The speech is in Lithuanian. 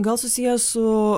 gal susiję su